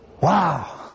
Wow